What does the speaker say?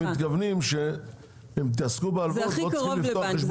זה הכי קרוב לבנק, זה לא חצי בנק.